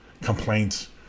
complaints